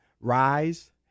Rise